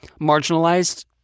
marginalized